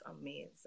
amazing